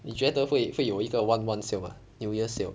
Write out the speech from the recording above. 你觉得会会有一个 one one sale mah new year sale